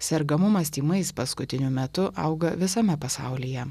sergamumas tymais paskutiniu metu auga visame pasaulyje